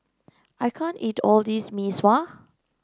I can't eat all of this Mee Sua